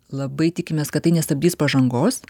labai tikimės kad tai nestabdys pažangos